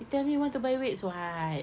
you tell me you want to buy weights [what]